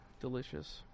Delicious